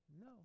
no